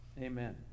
Amen